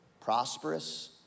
prosperous